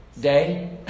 day